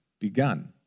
begun